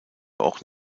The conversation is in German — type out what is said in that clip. auch